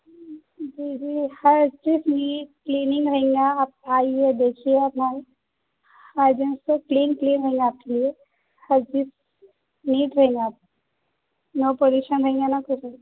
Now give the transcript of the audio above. جی جی ہر چیز لی کلینگ رہیں گا آپ آئیے دیکھیے اپنا آ جائیں تو کلین کلین رہیں گا آپ کے لیے ہر چیز نیٹ رہیں گا آپ نو پولیشن رہیں گا نہ کچھ بھی